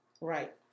Right